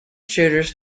shooters